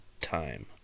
time